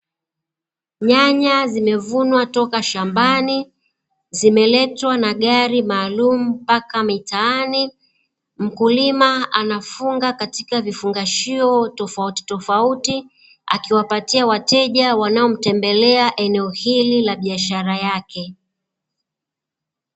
Nyanya zimevunwa toka shambani, zimeletwa na gari maalumu mpaka mitaani. Mkulima anafunga katika vifungashio tofautitofauti, akiwapatia wateja wanaomtembelea eneo hili la biashara yake.